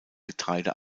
getreide